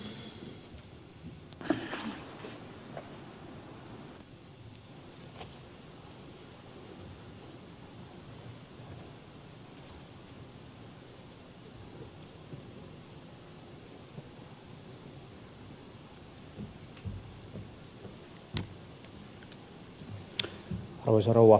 arvoisa rouva puhemies